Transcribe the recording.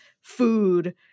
food